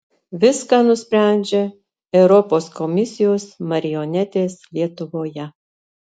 viską nusprendžia europos komisijos marionetės lietuvoje